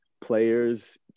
players